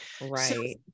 right